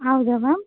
ಹೌದಾ ಮ್ಯಾಮ್